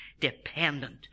dependent